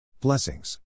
Blessings